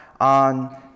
on